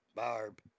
Barb